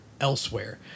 elsewhere